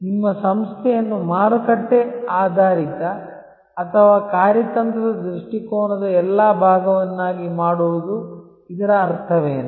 ನಿಮ್ಮ ಸಂಸ್ಥೆಯನ್ನು ಮಾರುಕಟ್ಟೆ ಆಧಾರಿತ ಅಥವಾ ಕಾರ್ಯತಂತ್ರದ ದೃಷ್ಟಿಕೋನದ ಎಲ್ಲಾ ಭಾಗವನ್ನಾಗಿ ಮಾಡುವುದು ಇದರ ಅರ್ಥವೇನು